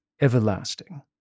everlasting